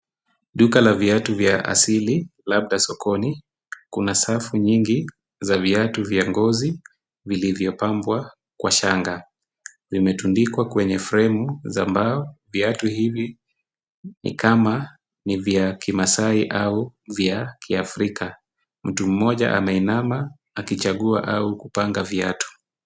Duka la viatu vya asili, labda sokoni, kuna safu nyingi za viatu vya ngozi vilivyo pambwa kwa shanga. Vime tundikwa kwenye fremu za mbao; viatu hivi ni kama ni vya kimasai au vya Kiafrika, mtu mmoja ameinama akichagua au kupanga viatu.